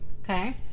Okay